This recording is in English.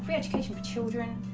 fish kind of children